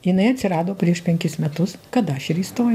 jinai atsirado prieš penkis metus kada aš ir įstoj